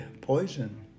poison